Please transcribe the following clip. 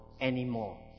anymore